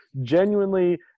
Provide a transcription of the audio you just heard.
genuinely